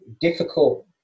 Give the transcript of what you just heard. difficult